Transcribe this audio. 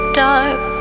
dark